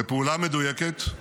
בפעולה מדויקת,